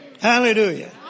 Hallelujah